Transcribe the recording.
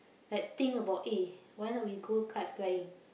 like think about eh why not we go kite flying